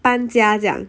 搬家这样